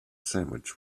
sandwich